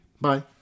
bye